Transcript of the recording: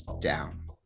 down